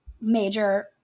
major